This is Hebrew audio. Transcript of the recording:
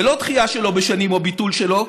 ולא דחייה שלו בשנים או ביטול שלו,